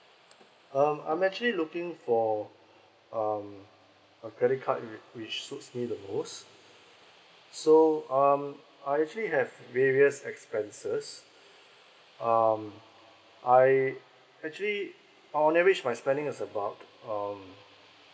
um I'm actually looking for um a credit card which which suit me the most so um I actually have various expenses um I actually on average my spending is about um